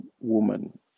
woman